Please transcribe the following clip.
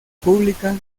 pública